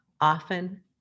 Often